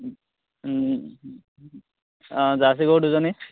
অঁ জাৰ্চি গৰু দুজনী